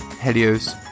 Helios